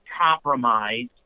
compromise